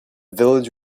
village